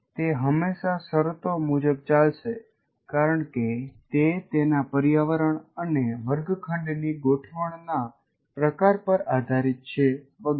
તે હંમેશા શરતો મુજબ ચાલશે કારણ કે તે તેના પર્યાવરણ અને વર્ગખંડની ગોઠવણના પ્રકાર પર આધારિત છે વેગેરે